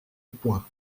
point